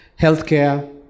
healthcare